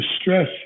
stress